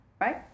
Right